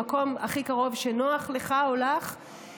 למקום הכי קרוב שנוח לְךָ או לָךְ.